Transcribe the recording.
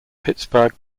pittsburgh